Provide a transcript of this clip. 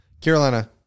Carolina